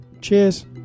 cheers